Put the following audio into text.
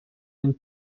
він